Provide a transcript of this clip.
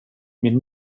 min